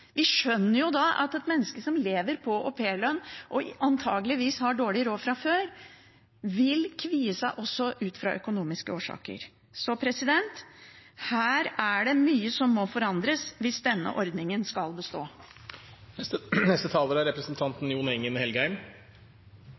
at et menneske som lever på aupairlønn og antakeligvis har dårlig råd fra før, også vil kvie seg ut fra økonomiske årsaker. Her er det mye som må forandres hvis denne ordningen skal